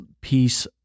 piece